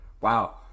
Wow